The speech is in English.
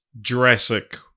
Jurassic